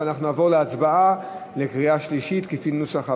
ונעבור להצבעה בקריאה שלישית, כפי נוסח הוועדה,